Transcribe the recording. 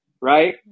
right